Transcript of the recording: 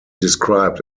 described